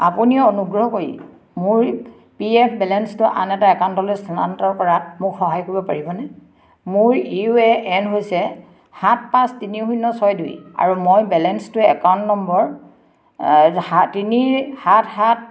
আপুনি অনুগ্ৰহ কৰি মোৰ পি এফ বেলেন্সটো আন এটা একাউণ্টলৈ স্থানান্তৰ কৰাত মোক সহায় কৰিব পাৰিবনে মোৰ ইউ এ এন হৈছে সাত পাঁচ তিনি শূন্য ছয় দুই আৰু মই বেলেন্সটো একাউণ্ট নম্বৰ তিনি সাত সাত